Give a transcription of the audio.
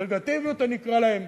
סגרגטיביים אני אקרא להם,